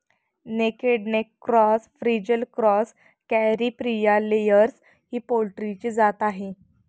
naked neck cross, frizzle cross, Caripriya layers ही पोल्ट्रीची जात आहे